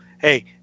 hey